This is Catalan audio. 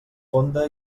fonda